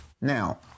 Now